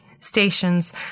stations